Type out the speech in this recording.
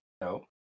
No